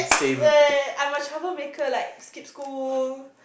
eh I'm a troublemaker like skip school